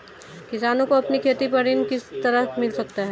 किसानों को अपनी खेती पर ऋण किस तरह मिल सकता है?